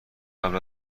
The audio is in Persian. قبل